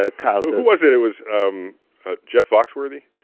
ah kyle says who was it, it was um jeff foxworthy,